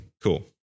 Cool